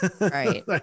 Right